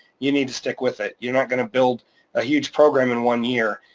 you need to stick with it, you're not gonna build a huge program in one year,